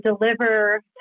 deliver